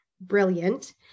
brilliant